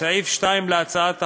סעיף 2 להצעת החוק,